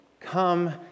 come